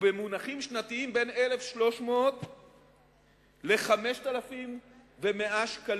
ובמונחים שנתיים בין 1,300 ל-5,100 שקלים.